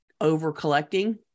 over-collecting